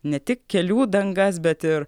ne tik kelių dangas bet ir